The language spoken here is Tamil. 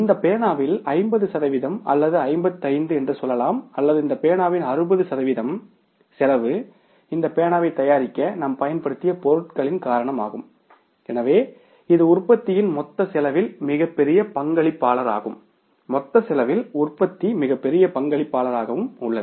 இந்த பேனாவில் ஐம்பது சதவிகிதம் அல்லது ஐம்பத்தைந்து என்று சொல்லலாம் அல்லது இந்த பேனாவின் அறுபது சதவிகிதம் செலவு இந்த பேனாவை தயாரிக்க நாம் பயன்படுத்திய பொருட்களின் காரணமாகும் எனவே இது உற்பத்தியின் மொத்த செலவில் மிகப்பெரிய பங்களிப்பாளராகும் மொத்த செலவில் உற்பத்தி மிகப்பெரிய பங்களிப்பாளராகவும் உள்ளது